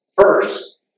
first